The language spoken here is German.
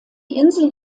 insel